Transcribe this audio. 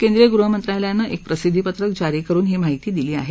केंद्रीय गृहमंत्रालयानं एक प्रसिद्धीपत्रक जारी करून ही माहिती दिली आहे